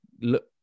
look